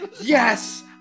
yes